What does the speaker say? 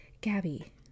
Gabby